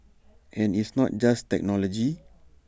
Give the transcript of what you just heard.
and it's not just technology